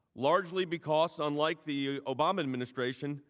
largely because unlike the obama administration,